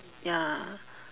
ya